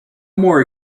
more